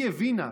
היא הבינה.